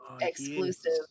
exclusive